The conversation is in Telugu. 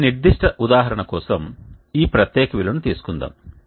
ఈ నిర్దిష్ట ఉదాహరణ కోసం ఈ ప్రత్యేక విలువను తీసుకుందాం